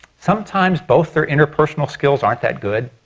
sometimes both their interpersonal skills aren't that good,